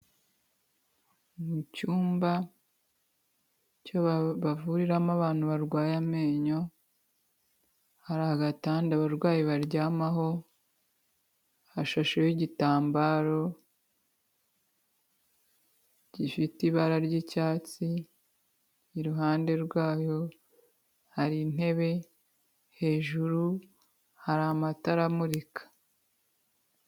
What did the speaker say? Mu cyUmba cyo bavuriramo abantu barwaye amenyo, hari agatanda abarwayi baryamaho, hashashiho igitambaro gifite ibara ry'icyatsi, iruhande rwayo hari intebe hejuru hari amatara amurika.